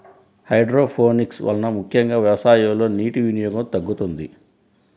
hydroponics వలన ముఖ్యంగా వ్యవసాయంలో నీటి వినియోగం తగ్గుతుంది